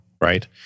right